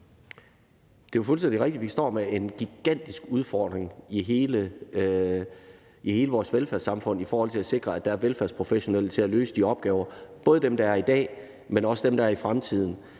Det er jo fuldstændig rigtigt, at vi står med en gigantisk udfordring i hele vores velfærdssamfund i forhold til at sikre, at der er velfærdsprofessionelle nok til at løse de opgaver, både dem, der er i dag, men også dem, der er i fremtiden.